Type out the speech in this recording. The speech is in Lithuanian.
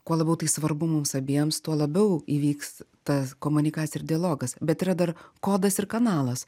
kuo labiau tai svarbu mums abiems tuo labiau įvyks ta komunikacija ir dialogas bet yra dar kodas ir kanalas